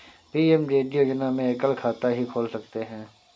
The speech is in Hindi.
पी.एम.जे.डी योजना में एकल खाता ही खोल सकते है